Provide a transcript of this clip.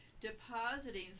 depositing